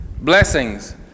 Blessings